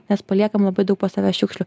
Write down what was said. nes paliekam labai daug po savęs šiukšlių